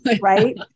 right